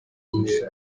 umweru